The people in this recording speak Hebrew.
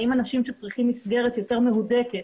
האם אנשים שצריכים מסגרת יותר מהודקת,